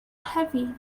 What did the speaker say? heavy